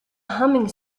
humming